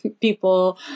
people